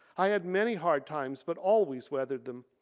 i had many hard times but always weathered them.